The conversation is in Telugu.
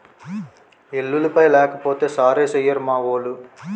ఎల్లుల్లిపాయలు లేకపోతే సారేసెయ్యిరు మావోలు